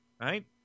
right